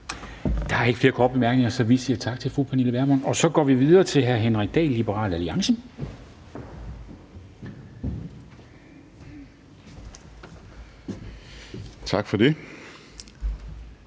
Der er ikke flere korte bemærkninger, så vi siger tak til fru Pernille Vermund. Og så går vi videre til hr. Henrik Dahl, Liberal Alliance. Kl.